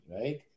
right